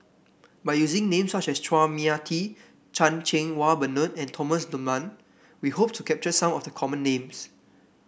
by using names such as Chua Mia Tee Chan Cheng Wah Bernard and Thomas Dunman we hope to capture some of the common names